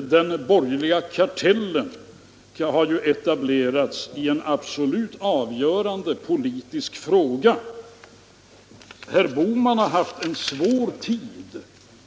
Den borgerliga kartellen har ju etablerats i en absolut avgörande politisk fråga. Herr Bohman har haft en svår tid